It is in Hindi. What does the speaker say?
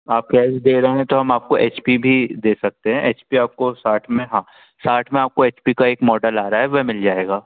आप कैश दे रहे हैं तो हम आपको एच पी भी दे सकते हैं एच पी आपको साठ में हाँ साठ में आपको एच पी का एक मॉडेल आ रहा है वह मिल जाएगा